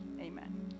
Amen